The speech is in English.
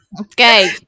Okay